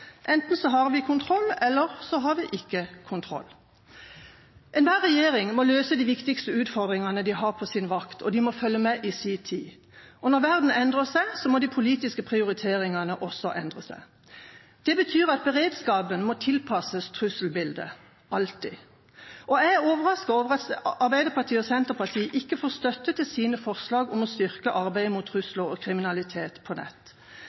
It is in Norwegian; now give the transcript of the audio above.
Enten har vi kontroll, eller så har vi ikke kontroll. Enhver regjering må løse de viktigste utfordringene den har på sin vakt, og den må følge med i sin tid. Når verden endrer seg, må de politiske prioriteringene også endre seg. Det betyr at beredskapen alltid må tilpasses trusselbildet. Jeg er overrasket over at Arbeiderpartiet og Senterpartiet ikke får støtte til sine forslag om å styrke arbeidet mot trusler og kriminalitet på nett.